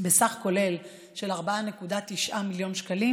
בסך כולל של 4.9 מיליון שקלים,